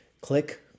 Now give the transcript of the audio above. click